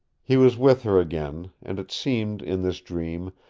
he was with her again and it seemed, in this dream,